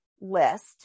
list